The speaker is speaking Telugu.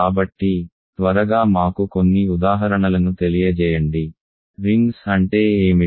కాబట్టి త్వరగా మాకు కొన్ని ఉదాహరణలను తెలియజేయండి రింగ్స్ అంటే ఏమిటి